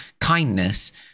kindness